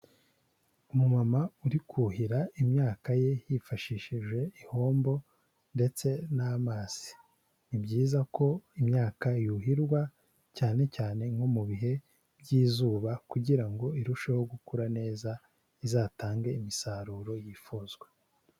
Umumama uri kuhira imyaka ye yifashishije ihombo ndetse n'amazi, ni byiza ko imyaka yuhirwa cyane cyane nko mu bihe by'izuba kugira ngo irusheho gukura neza izatange imisaruro yifuzwa.